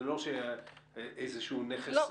לא היה איזה נכס משפחתי?